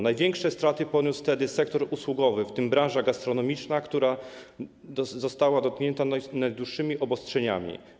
Największe straty poniósł wtedy sektor usługowy, w tym branża gastronomiczna, która została dotknięta najdłuższymi obostrzeniami.